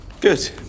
Good